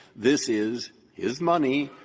this is his money,